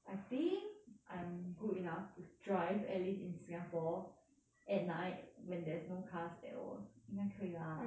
I think I'm good enough to drive at least in singapore at night when there's no cars at all 应该可以 lah